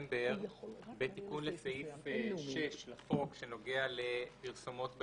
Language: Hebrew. בתיקון לסעיף 6 לחוק שנוגע לפרסומות בעיתונות,